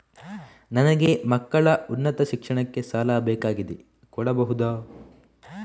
ನನಗೆ ಮಕ್ಕಳ ಉನ್ನತ ಶಿಕ್ಷಣಕ್ಕೆ ಸಾಲ ಬೇಕಾಗಿದೆ ಕೊಡಬಹುದ?